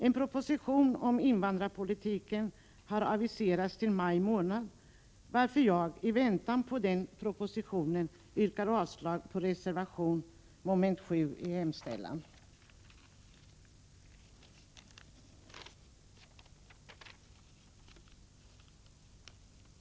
En proposition om invandrarpolitiken har aviserats till maj månad, varför jag i väntan på den propositionen yrkar avslag på reservation 6 vid mom. 7 i hemställan.